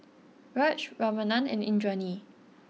Raj Ramanand and Indranee